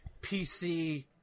PC